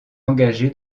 engagé